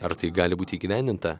ar tai gali būt įgyvendinta